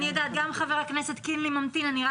גם חבר הכנסת קינלי ממתין.